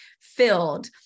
filled